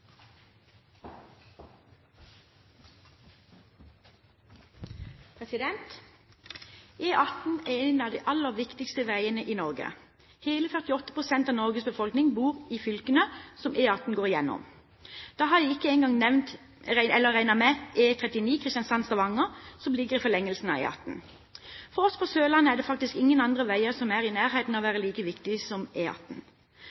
en av de aller viktigste veiene i Norge. Hele 48 pst. av Norges befolkning bor i fylkene som E18 går igjennom. Da har jeg ikke engang regnet med E39 Kristiansand–Stavanger, som ligger i forlengelsen av E18. For oss på Sørlandet er det faktisk ingen andre veier som er i nærheten av å